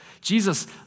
Jesus